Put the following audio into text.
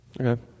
Okay